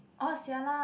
orh [sialah]